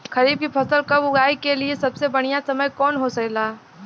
खरीफ की फसल कब उगाई के लिए सबसे बढ़ियां समय कौन हो खेला?